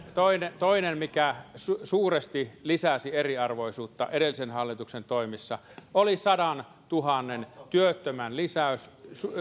toinen toinen mikä suuresti lisäsi eriarvoisuutta edellisen hallituksen toimissa oli sadantuhannen työttömän lisäys